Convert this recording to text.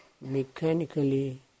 mechanically